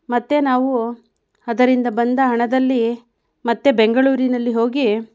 ಮತ್ತು ನಾವು ಅದರಿಂದ ಬಂದ ಹಣದಲ್ಲಿ ಮತ್ತೆ ಬೆಂಗಳೂರಿನಲ್ಲಿ ಹೋಗಿ